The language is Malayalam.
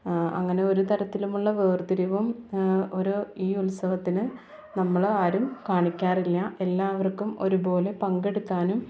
അങ്ങനെ ഒരു തരത്തിലുമുള്ള വേർത്തിരിവും ഒരു ഈ ഉത്സവത്തിന് നമ്മൾ ആരും കാണിക്കാറില്ല എല്ലാവർക്കും ഒരുപോലെ പങ്കെടുക്കാനും